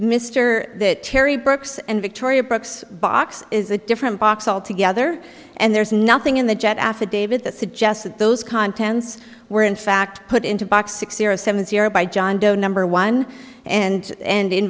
mr that terry brooks and victoria brooks box is a different box altogether and there's nothing in the jet affidavit that suggests that those contents were in fact put into box sixty seven zero by john doe number one and and in